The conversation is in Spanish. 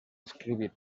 escribir